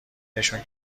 نشون